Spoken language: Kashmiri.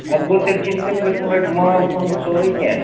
اَدٕ گوٚو تیٚلہِ چھی نہٕ ژےٚ پٔتۍمہِ لَٹہِ مال کُنمُت سورٕے کیٚنہہ